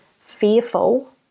fearful